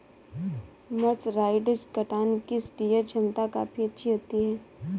mercerised cotton की tear छमता काफी अच्छी होती है